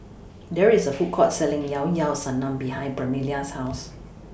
There IS A Food Court Selling Llao Llao Sanum behind Permelia's House